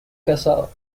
casado